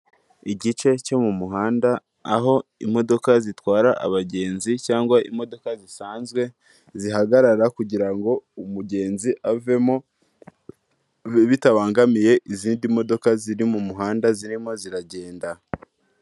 Igice cyo mu muhanda, aho imodoka zitwara abagenzi cyangwa imodoka zisanzwe, zihagarara kugira ngo umugenzi avemo bitabangamiye izindi modoka ziri mu muhanda zirimo ziragenda.